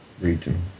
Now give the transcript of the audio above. Region